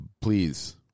please